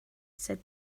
said